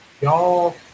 y'all